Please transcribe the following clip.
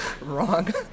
Wrong